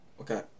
Okay